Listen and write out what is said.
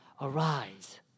arise